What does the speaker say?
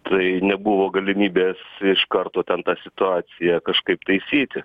tai nebuvo galimybės iš karto ten tą situaciją kažkaip taisyti